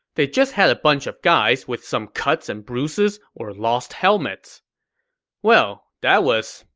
they just had a bunch of guys with some cuts and bruises or lost helmets well that was,